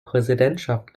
präsidentschaft